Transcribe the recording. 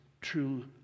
true